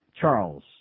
Charles